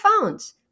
phones